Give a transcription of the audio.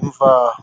imvaho.